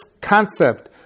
concept